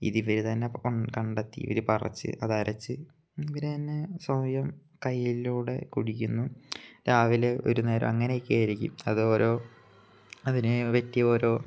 ഇത് ഇവർ തന്നെ കൊൺ കണ്ടെത്തി ഇവർ പറിച്ച് അത് അരച്ച് ഇവർ തന്നെ സ്വയം കയ്യിലൂടെ കുടിക്കുന്നു രാവിലെ ഒരു നേരം അങ്ങനെയൊക്കെ ആയിരിക്കും അത് ഓരോ അതിനെ പറ്റി ഓരോ